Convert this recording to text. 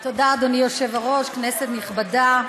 תודה, אדוני היושב-ראש, כנסת נכבדה,